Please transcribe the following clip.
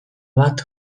bat